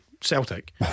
Celtic